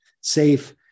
Safe